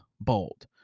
bold